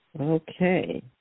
Okay